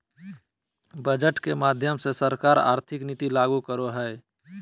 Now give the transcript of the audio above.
budget के माध्यम से सरकार आर्थिक नीति लागू करो हय